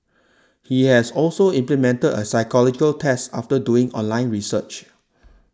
he has also implemented a psychological test after doing online research